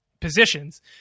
positions